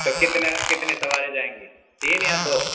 تو کتنے کتنے سواری جائیں گی تین یا دو